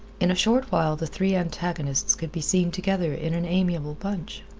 in a short while the three antagonists could be seen together in an amiable bunch.